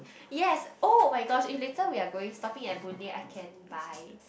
yes oh-my-gosh if later we are going stopping at Boon-Lay I can buy